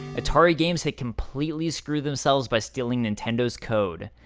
atari games had completely screwed themselves by stealing nintendo's code.